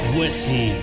Voici